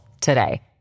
today